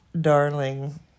darling